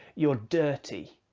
you're dirty.